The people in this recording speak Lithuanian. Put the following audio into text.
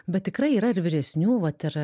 bet tikrai yra ir vyresnių vat ir